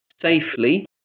safely